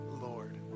Lord